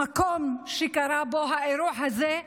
המקום שקרה בו האירוע הזה,